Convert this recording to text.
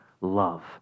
love